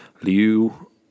Liu